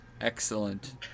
Excellent